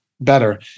better